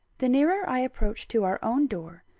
the nearer i approached to our own door,